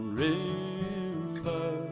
river